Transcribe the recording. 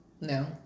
No